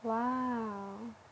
!wow!